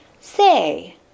Say